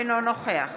אינו נוכח